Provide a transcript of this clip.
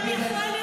מותר לך.